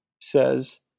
says